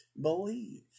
believe